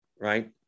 Right